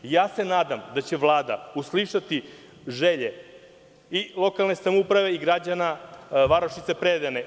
Nadam se da će Vlada uslišiti želje i lokalne samouprave i građana varošice Predejene.